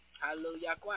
Hallelujah